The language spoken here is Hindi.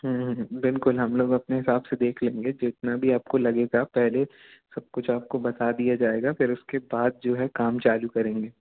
बिलकुल हम लोग अपने हिसाब से देख लेंगे जितना भी आपको लगेगा पहले सब कुछ आपको बता दिया जाएगा फिर उसके बाद जो है काम चालू करेंगे